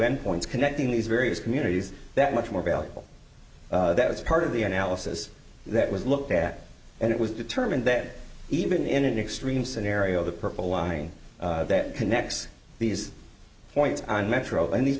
endpoints connecting these various communities that much more valuable that is part of the analysis that was looked at and it was determined that even in an extreme scenario the purple line that connects these points on metro and these